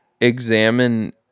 examine